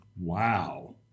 Wow